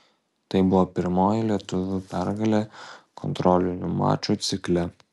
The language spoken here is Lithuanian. tai buvo pirmoji lietuvių pergalė kontrolinių mačų cikle